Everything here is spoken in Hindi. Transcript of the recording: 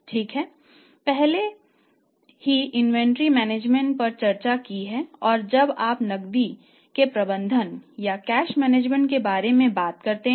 ठीक है हमने पहले ही इन्वेंट्री मैनेजमेंट से करते हैं